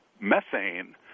methane